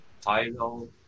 title